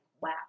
wow